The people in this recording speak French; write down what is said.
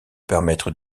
permettre